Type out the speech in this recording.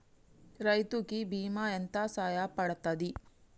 రైతు కి బీమా ఎంత సాయపడ్తది?